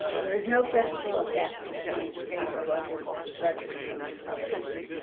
there is no fiscal effect on state or local budgets from this proposition.